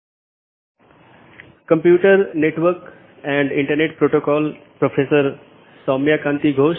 नमस्कार हम computer network और इंटरनेट पाठ्यक्रम पर अपनी चर्चा जारी रखेंगे